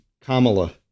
Kamala